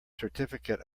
certificate